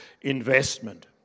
investment